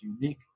unique